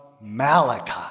Malachi